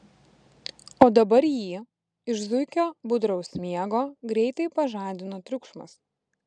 o dabar jį iš zuikio budraus miego greitai pažadino triukšmas